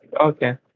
okay